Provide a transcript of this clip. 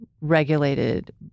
regulated